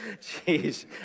jeez